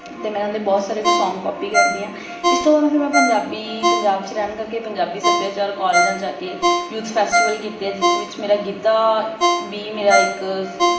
ਅਤੇ ਮੈਂ ਇਹਨਾਂ ਦੇ ਬਹੁਤ ਸਾਰੇ ਸੌਂਗ ਕਾਪੀ ਕਰਦੀ ਹਾਂ ਇਸ ਤੋਂ ਬਾਅਦ ਫਿਰ ਮੈਂ ਪੰਜਾਬੀ ਪੰਜਾਬ 'ਚ ਰਹਿਣ ਕਰਕੇ ਪੰਜਾਬੀ ਸੱਭਿਆਚਾਰ ਕਾਲਜਾਂ ਜਾਂ ਕਿ ਯੂਥ ਫੈਸਟੀਵਲ ਕੀਤੇ ਆ ਜਿਸ ਵਿੱਚ ਮੇਰਾ ਗਿੱਧਾ ਵੀ ਮੇਰਾ ਇੱਕ